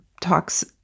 talks